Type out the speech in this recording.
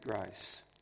grace